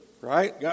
right